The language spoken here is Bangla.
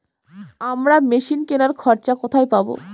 আমরা মেশিন কেনার খরচা কোথায় পাবো?